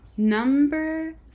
number